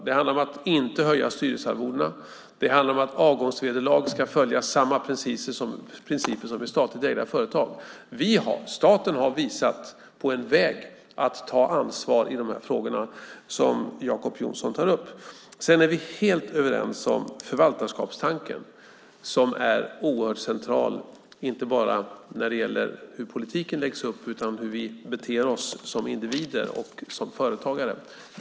Det handlar om att inte höja styrelsearvoden, och avgångsvederlagen ska följa samma principer som vid statligt ägda företag. Staten har visat på en väg att ta ansvar i de frågor som Jacob Johnson tar upp. Sedan är vi helt överens om förvaltarskapstanken, som är oerhört central, inte bara när det gäller hur politiken läggs upp utan också när det gäller hur vi beter oss som individer och företagare.